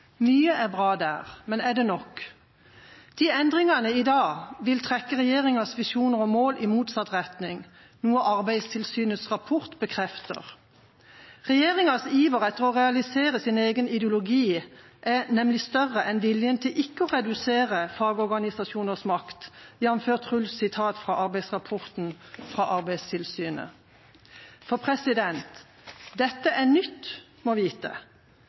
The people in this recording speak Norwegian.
Mye er bra der, men er det nok? Endringene i dag vil trekke regjeringas visjoner og mål i motsatt retning, noe Arbeidstilsynets rapport bekrefter. Regjeringas iver etter å realisere sin egen ideologi er nemlig større enn viljen til ikke å redusere fagorganisasjoners makt, jf. Truls’ sitat fra rapporten fra Arbeidstilsynet. Dette er nytt, må vite.